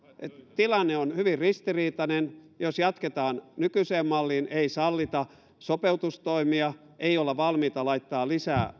tilanne on hyvin ristiriitainen jos jatketaan nykyiseen malliin ei sallita sopeutustoimia ei olla valmiita laittamaan lisää